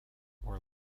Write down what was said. were